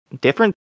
different